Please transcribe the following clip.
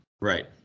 Right